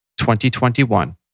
2021